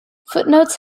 footnotes